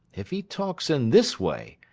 if he talks in this way,